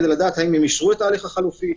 כדי לדעת האם הם אישרו את ההליך החלופי,